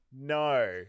No